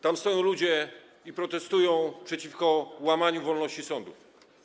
Tam stoją ludzie i protestują przeciwko łamaniu wolności sądów.